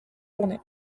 journée